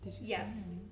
Yes